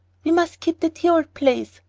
we must keep the dear old place.